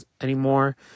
anymore